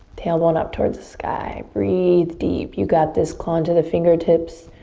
tailbone up towards the sky. breathe deep. you got this. claw into the fingertips.